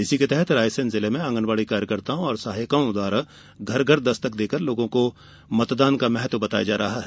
इसी के तहत रायसेन जिले में आंगनबाड़ी कार्यकर्ताओं और सहायिकाओं द्वारा घर घर दस्तक देकर लोगों को मतदान का महत्व बताया जा रहा है